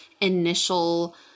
initial